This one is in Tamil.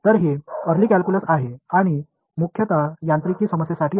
எனவே இந்த ஆரம்ப கால்குலஸ் மற்றும் பெரும்பாலும் இயக்கவியல் சிக்கல்களுக்கு பயன்படுத்தப்பட்டது